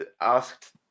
asked